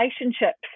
relationships